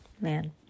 Man